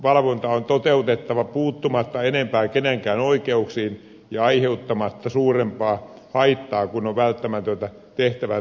valvonta on toteutettava puuttumatta enempää kenenkään oikeuksiin ja aiheuttamatta suurempaa haittaa kuin on välttämätöntä tehtävän suorittamiseksi